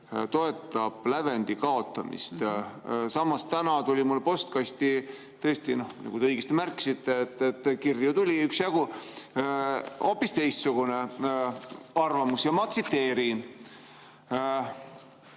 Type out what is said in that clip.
toetab lävendi kaotamist. Samas tuli täna mu postkasti – tõesti, nagu te õigesti märkisite, kirju tuli üksjagu – hoopis teistsugune arvamus. Ma tsiteerin: